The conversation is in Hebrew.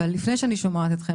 לפני שאני שומעת אתכם,